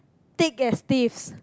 thick as thieves